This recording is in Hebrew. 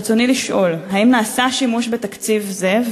ברצוני לשאול: 1. האם נעשה שימוש בתקציב זה?